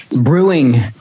brewing